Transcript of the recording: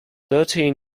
thirteen